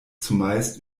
zumeist